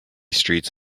streets